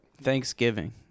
Thanksgiving